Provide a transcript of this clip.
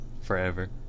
forever